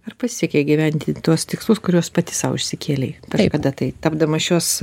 ar pasisekė įgyvendinti tuos tikslus kuriuos pati sau išsikėlei kažkada tai tapdama šios